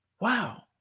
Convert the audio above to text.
Wow